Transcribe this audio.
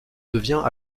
devient